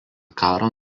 karo